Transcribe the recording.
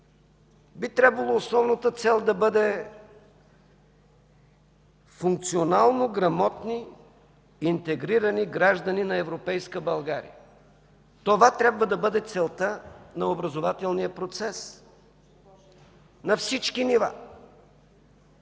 Би трябвало основната цел да бъде функционално грамотни, интегрирани граждани на европейска България. Това трябва да бъде целта на образователния процес на всички нива,